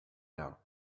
now